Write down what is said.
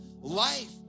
life